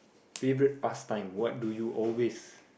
favorite past time what do you always